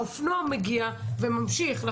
האופנוע מגיע וממשיך.